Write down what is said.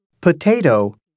Potato